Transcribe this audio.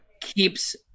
keeps